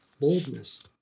boldness